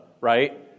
right